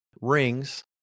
rings